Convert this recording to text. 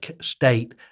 state